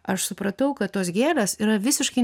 aš supratau kad tos gėlės yra visiškai